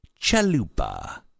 Chalupa